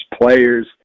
players